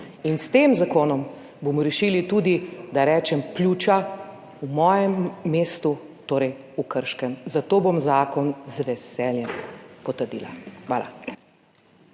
in s tem zakonom bomo rešili tudi, da rečem, pljuča v mojem mestu, torej v Krškem, zato bom zakon z veseljem potrdila. Hvala.